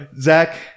Zach